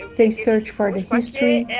they search for the history.